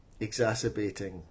exacerbating